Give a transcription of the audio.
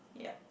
yup